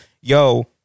yo